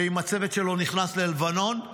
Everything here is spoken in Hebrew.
עם הצוות שלו נכנס ללבנון,